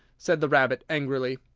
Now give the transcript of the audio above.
said the rabbit angrily.